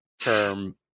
term